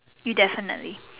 you definitely